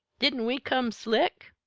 didn't we come slick?